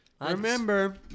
Remember